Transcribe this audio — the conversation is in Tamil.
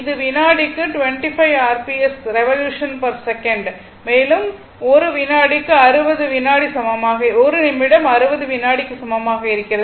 இது வினாடிக்கு 25 r p s revolution per second மேலும் ஒரு நிமிடம் 60 வினாடிக்கு சமமாக இருக்கிறது